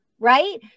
right